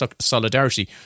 solidarity